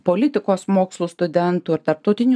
politikos mokslų studentų ir tarptautinių